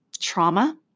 trauma